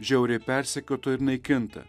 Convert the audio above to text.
žiauriai persekiota ir naikinta